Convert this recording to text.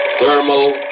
Thermal